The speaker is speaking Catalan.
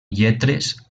lletres